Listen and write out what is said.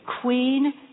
Queen